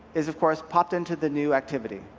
is, of course, popped into the new activity.